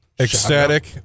Ecstatic